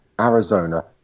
Arizona